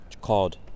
called